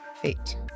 fate